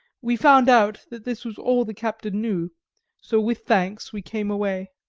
we found out that this was all the captain knew so with thanks we came away.